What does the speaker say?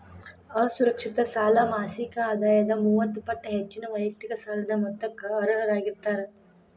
ಅಸುರಕ್ಷಿತ ಸಾಲ ಮಾಸಿಕ ಆದಾಯದ ಮೂವತ್ತ ಪಟ್ಟ ಹೆಚ್ಚಿನ ವೈಯಕ್ತಿಕ ಸಾಲದ ಮೊತ್ತಕ್ಕ ಅರ್ಹರಾಗಿರ್ತಾರ